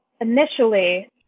initially